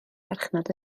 farchnad